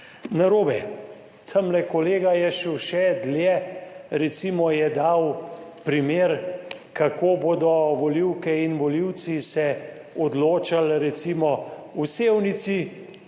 narobe. Tamle kolega je šel še dlje, recimo je dal primer, kako bodo volivke in volivci se odločali recimo v Sevnici,